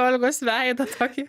olgos veidą tokį